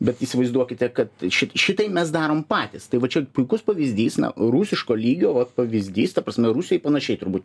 bet įsivaizduokite kad šit šitai mes darom patys tai va čia puikus pavyzdys na rusiško lygio va pavyzdys ta prasme rusijoj panašiai turbūt